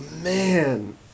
man